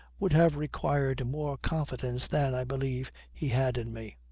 would have required more confidence than, i believe, he had in me,